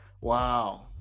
Wow